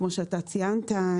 כמו שאתה ציינת,